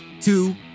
two